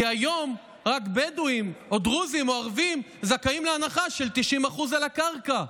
כי היום רק בדואים או דרוזים או ערבים זכאים להנחה של 90% על הקרקע.